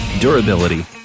durability